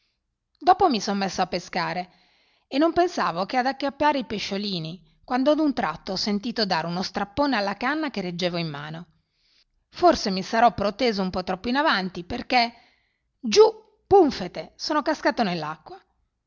dopo mi son messo a pescare e non pensavo che ad acchiappare i pesciolini quando ad un tratto ho sentito dare uno strappone alla canna che reggevo in mano forse mi sarò proteso un po troppo in avanti perché giù pùnfete sono cascato